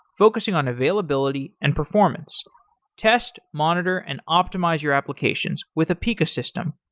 focusing on availability and performance test, monitor, and optimize your applications with apica system.